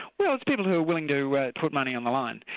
well it's people who are willing to put money on the line.